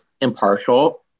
impartial